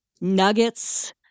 nuggets